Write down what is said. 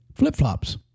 Flip-flops